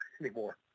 anymore